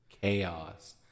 chaos